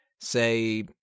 say